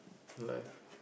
life